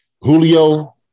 Julio